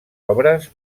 obres